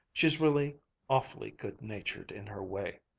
she's really awfully good-natured in her way.